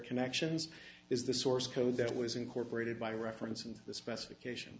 connections is the source code that was incorporated by reference and the specification